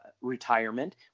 retirement